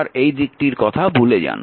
আর এই দিকটির কথা ভুলে যান